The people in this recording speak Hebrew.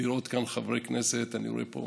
לראות כאן חברי כנסת, אני רואה פה